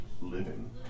living